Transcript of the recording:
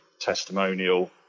testimonial